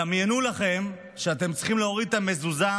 דמיינו לכם שאתם צריכים להוריד את המזוזה